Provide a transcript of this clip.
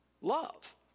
love